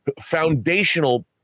foundational